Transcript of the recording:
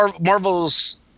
Marvel's